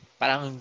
parang